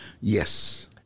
Yes